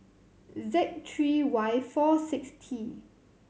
Z three Y four six T